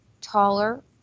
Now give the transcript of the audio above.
taller